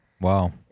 Wow